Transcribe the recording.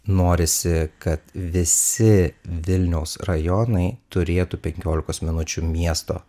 norisi kad visi vilniaus rajonai turėtų penkiolikos minučių miesto